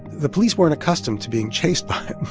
the police weren't accustomed to being chased by